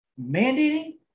Mandating